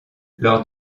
lors